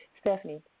Stephanie